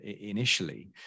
initially